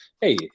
hey